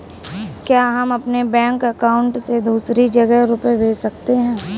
क्या हम अपने बैंक अकाउंट से दूसरी जगह रुपये भेज सकते हैं?